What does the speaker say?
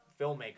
filmmaker